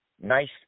nice